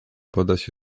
podać